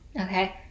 okay